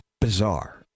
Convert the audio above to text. Bizarre